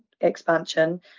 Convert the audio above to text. expansion